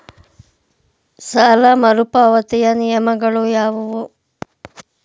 ಸಾಲ ಮರುಪಾವತಿಯ ನಿಯಮಗಳು ಯಾವುವು?